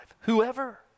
Whoever